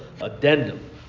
addendum